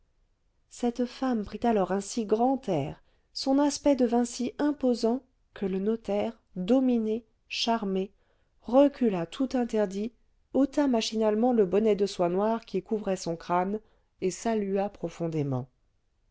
cette femme prit alors un si grand air son aspect devint si imposant que le notaire dominé charmé recula tout interdit ôta machinalement le bonnet de soie noire qui couvrait son crâne et salua profondément